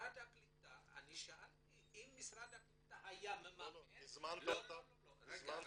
אני שאלתי אם משרד הקליטה היה ממנה --- הזמנת אותם --- כן,